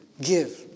give